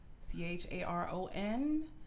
C-H-A-R-O-N